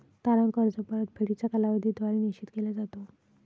तारण कर्ज परतफेडीचा कालावधी द्वारे निश्चित केला जातो